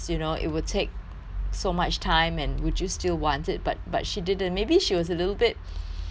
so much time and would you still want it but but she didn't maybe she was a little bit